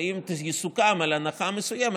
ואם יסוכם על הנחה מסוימת,